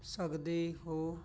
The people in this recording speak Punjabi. ਸਕਦੇ ਹੋ